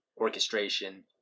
orchestration